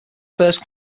first